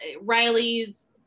Riley's